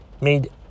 Made